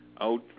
out